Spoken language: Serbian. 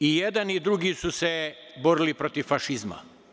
I jedan i drugi su se borili protiv fašizma.